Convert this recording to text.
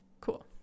Cool